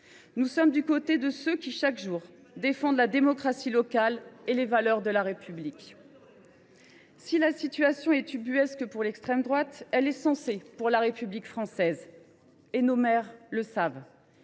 Nous sommes du côté de ceux qui, chaque jour, défendent la démocratie locale et les valeurs de la République. Si la situation est ubuesque pour l’extrême droite, elle n’a rien d’insensé pour ceux qui défendent la République française. Et les maires le savent,